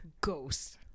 Ghost